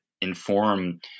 inform